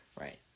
Right